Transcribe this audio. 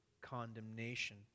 condemnation